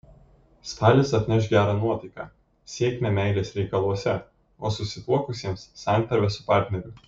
spalis atneš gerą nuotaiką sėkmę meilės reikaluose o susituokusiems santarvę su partneriu